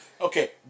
okay